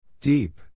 Deep